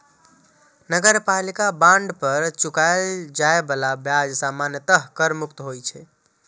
नगरपालिका बांड पर चुकाएल जाए बला ब्याज सामान्यतः कर मुक्त होइ छै